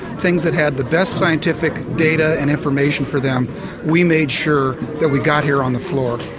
things that had the best scientific data and information for them we made sure that we got here on the floor.